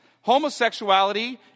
homosexuality